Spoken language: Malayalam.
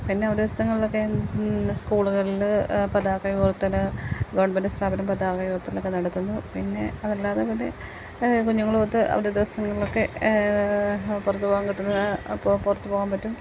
പിന്നെ അവധി ദിവസങ്ങളിലൊക്കെ സ്കൂളുകളിൽ പതാക ഉയർത്തൽ ഗവൺമെന്റ് സ്ഥാപനം പതാക ഉയർത്തലൊക്കെ നടത്തുന്നു പിന്നെ അതല്ലാതെ പിന്നെ കുഞ്ഞുങ്ങളുമൊത്ത് അവധി ദിവസങ്ങളിലൊക്കെ പുറത്തു പോകാൻ കിട്ടുന്നത് അപ്പോൾ പുറത്തു പോകാൻ പറ്റും